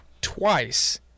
twice